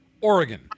Oregon